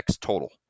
total